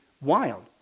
wild